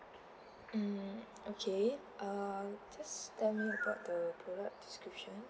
um okay uh just tell me about the product description